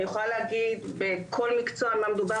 אני יכולה להגיד בכל מקצוע על מה מדובר